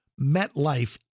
MetLife